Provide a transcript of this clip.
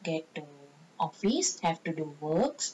get to office have to do works